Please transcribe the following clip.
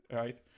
right